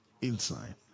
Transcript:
Inside